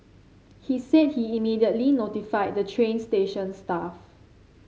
he said he immediately notified the train station staff